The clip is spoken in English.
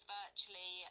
virtually